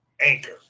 Anchor